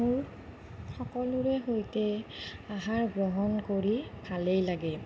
মোৰ সকলোৰে সৈতে আহাৰ গ্ৰহণ কৰি ভালেই লাগে